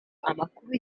amakuru